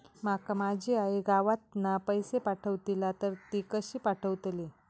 माका माझी आई गावातना पैसे पाठवतीला तर ती कशी पाठवतली?